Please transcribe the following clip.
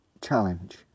challenge